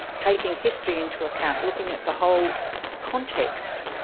taking history into account, looking at the whole context,